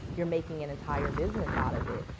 you're making an entire business out of it.